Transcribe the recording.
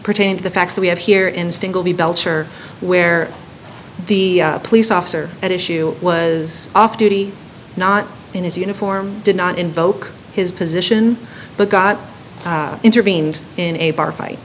pertain to the facts that we have here in stingel belcher where the police officer at issue was off duty not in his uniform did not invoke his position but god intervened in a bar fight